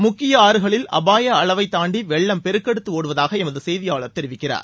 முக்கிய ஆறுகளில் அபாய அளவை தாண்டி வெள்ளம் பெருக்கெடுத்து ஒடுவதாக எமது செய்தியாளர் தெரிவிக்கிறார்